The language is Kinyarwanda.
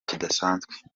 kidasanzwe